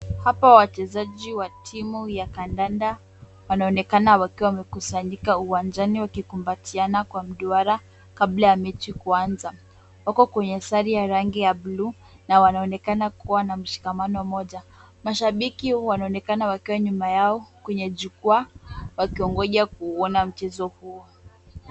Hapa, wachezaji wa timu ya kandanda, wanaonekana wakiwa wamekusanyika uwanjani, wakikumbatiana kwa mduara, kabla ya mechi kuanza. Wako kwenye sare ya rangi ya blue na wanaonekana kuwa na mshikamano mmoja. Mashabiki wanaonekana wakiwa nyuma yao, kwenye jukwaa, wakingoja kuuona mchezo huo.